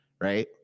Right